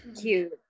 cute